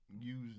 use